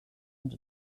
and